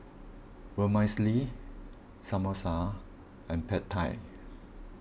Vermicelli Samosa and Pad Thai